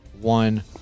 one